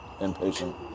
impatient